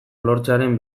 lortzearen